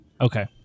Okay